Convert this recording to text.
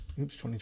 oops